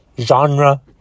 genre